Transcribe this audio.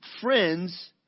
friends